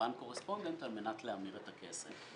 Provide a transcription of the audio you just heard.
בנק correspondent על מנת להמיר את הכסף.